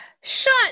Shut